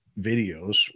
videos